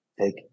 take